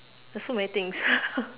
there's so many things